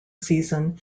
season